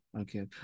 Okay